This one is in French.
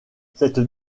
cette